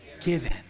Given